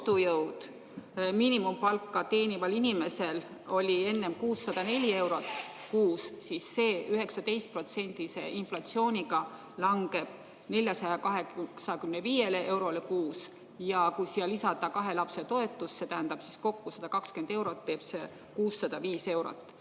ostujõud miinimumpalka teenival inimesel oli enne 604 eurot kuus, siis see 19%‑lise inflatsiooniga langeb 485 eurole kuus, ja kui siia lisada kahe lapse toetus, see tähendab kokku 120 eurot, teeb see 605 eurot.